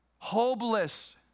Hopeless